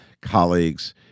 colleagues